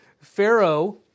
Pharaoh